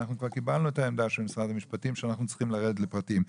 אנחנו כבר קיבלנו את העמדה של משרד המשפטים שאנחנו צריכים לרדת לפרטים.